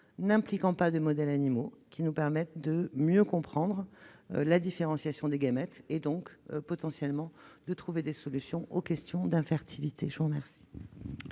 n'impliquant pas de modèles animaux, car ils nous permettront de mieux comprendre la différenciation des gamètes et, donc, potentiellement, de trouver des solutions aux problèmes d'infertilité. Le Gouvernement